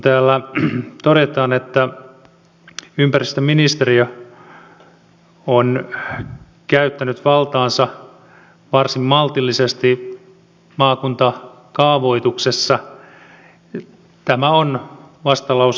täällä todetaan että ympäristöministeriö on käyttänyt valtaansa varsin maltillisesti maakuntakaavoituksessa tämä on vastalauseen esittäjän mielipide